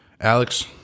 Alex